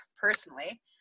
Personally